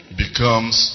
becomes